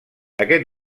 aquest